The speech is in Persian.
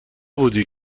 بودی